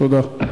תודה.